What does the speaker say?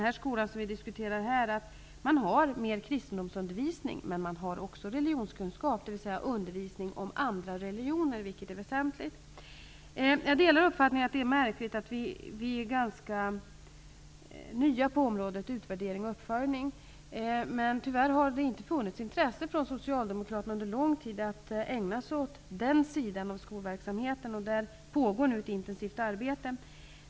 I den skola som vi diskuterar här har man mer av undervisning i kristendom, men man har också undervisning i religionskunskap, dvs. om andra religioner, vilket är väsentligt. Jag delar uppfattningen att det är märkligt att vi är ganska nya på området utvärdering och uppföljning, men tyvärr har det under lång tid inte funnits intresse från socialdemokraterna för att ägna sig åt den sidan av skolverksamheten. Det pågår nu ett intensivt arbete om detta.